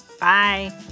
Bye